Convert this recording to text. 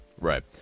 right